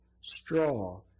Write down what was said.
straw